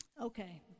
Okay